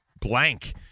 blank